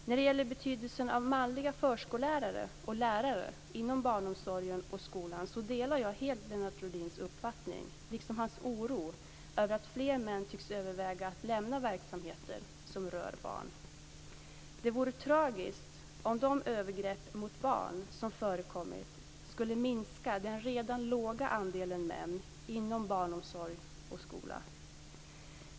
När det gäller betydelsen av manliga förskollärare och lärare inom barnomsorg och skola delar jag helt Lennart Rohdins uppfattning, liksom hans oro över att fler män tycks överväga att lämna verksamheter som rör barn. Det vore tragiskt om de övergrepp mot barn som förekommit skulle minska den redan låga andelen män inom barnomsorg och skola.